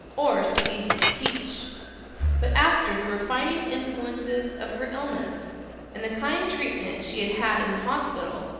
or so easy to teach but after the refining influences of her illness and the kind treatment she had had in the hospital,